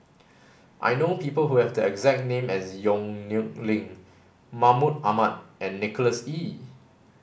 I know people who have the exact name as Yong Nyuk Lin Mahmud Ahmad and Nicholas Ee